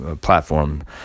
platform